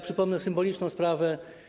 Przypomnę symboliczną sprawę.